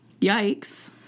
Yikes